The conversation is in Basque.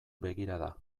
begirada